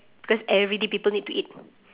cause every day people need to eat